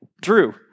Drew